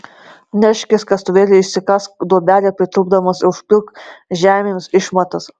neškis kastuvėlį išsikask duobelę pritūpdamas ir užpilk žemėmis išmatas